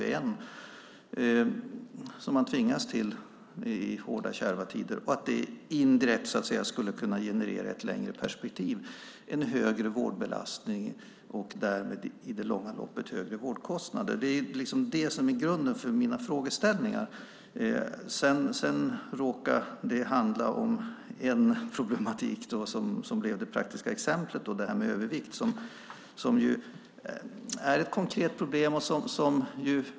Det gäller egentligen alla människor, men nu handlar det om barn och ungdomar. Man tvingas ju till besparingar i hårda och kärva tider. Skulle det indirekt i ett längre perspektiv kunna generera en högre vårdbelastning och därmed i det långa loppet högre vårdkostnader? Det är detta som är grunden för mina frågeställningar. Det praktiska exemplet här råkar handla om en viss problematik - övervikt. Det är ett konkret problem.